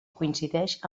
coincideix